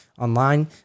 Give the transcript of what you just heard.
online